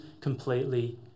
completely